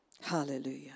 Hallelujah